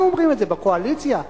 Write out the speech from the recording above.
אנחנו אומרים את זה בקואליציה לממשלה.